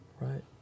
right